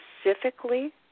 specifically